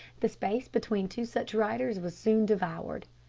the space between two such riders was soon devoured.